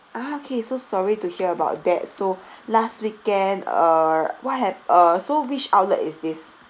ah okay so sorry to hear about that so last weekend uh what hap~ uh so which outlet is this